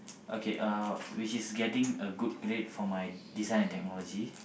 okay uh which is getting a good grade for my Design-and-Technology